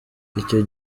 icyo